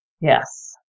Yes